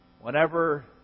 whenever